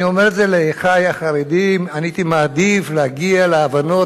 אני אומר את זה לאחי החרדים: אני הייתי מעדיף להגיע להבנות,